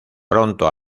pronto